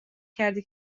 کرده